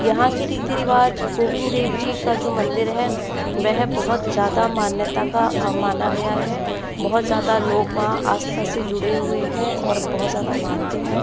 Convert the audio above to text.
यहाँ के रीति रिवाज़ गोविन्द देव जी का जो मंदिर है वह बहुत ज़्यादा मान्यता का माना गया है बहुत ज़्यादा लोग वहाँ आस्था से जुड़े हुए है और बहुत ज़्यादा मानते हैं